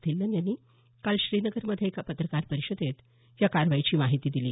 धिल्लन यांनी काल श्रीनगरमध्ये एका पत्रकार परिषदेत या कारवाईची माहिती दिली